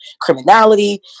criminality